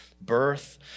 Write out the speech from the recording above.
birth